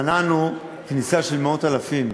מנענו כניסה של מאות אלפים.